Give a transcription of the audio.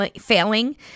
failing